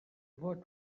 what